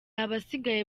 abasigaye